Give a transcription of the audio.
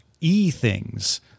e-things